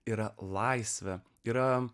yra laisvė yra